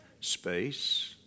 space